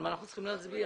על מה אנחנו צריכים להצביע.